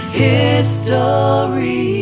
history